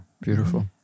Beautiful